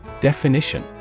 Definition